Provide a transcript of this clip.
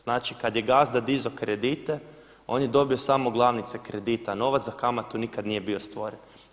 Znači, kad je gazda dizao kredite on je dobio sam glavnice kredita, a novac za kamatu nikad nije bio stvoren.